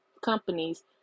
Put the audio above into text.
companies